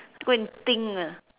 go and think ah